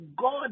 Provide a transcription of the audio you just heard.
God